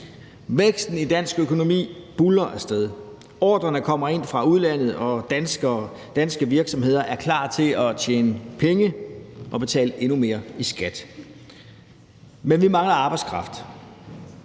Væksten i dansk økonomi buldrer afsted, ordrerne kommer ind fra udlandet, og danske virksomheder er klar til at tjene penge og betale endnu mere i skat. Men vi mangler arbejdskraft.